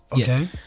Okay